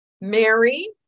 mary